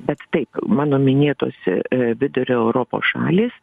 bet taip mano minėtos vidurio europos šalys